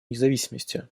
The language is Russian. независимости